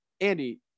andy